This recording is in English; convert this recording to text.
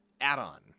Add-On